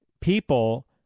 people